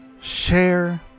share